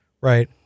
right